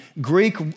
Greek